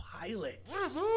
Pilots